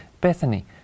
Bethany